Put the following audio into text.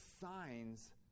signs